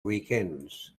weekends